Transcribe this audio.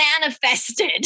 manifested